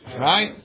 Right